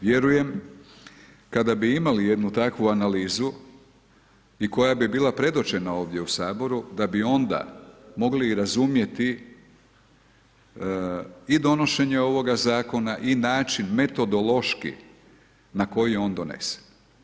Vjerujem kada bi imali jednu takvu analizu i koja bi bila predočena ovdje u Saboru da bi onda mogli i razumjeti i donošenje ovoga zakona i način metodološki na koji je on donesen.